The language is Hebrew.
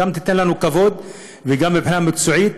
תיתן לנו כבוד מבחינה מקצועית,